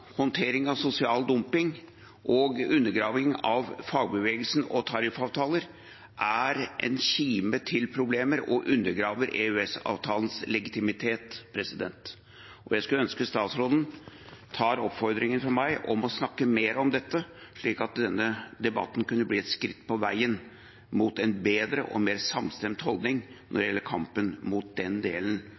håndtering av sosial dumping og undergraver fagbevegelsen og tariffavtaler, er en kime til problemer og undergraver EØS-avtalens legitimitet. Jeg skulle ønske at statsråden tar oppfordringen fra meg om å snakke mer om dette, slik at denne debatten kunne bli et skritt på veien mot en bedre og mer samstemt holdning i kampen mot den delen